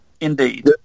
Indeed